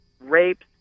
rapes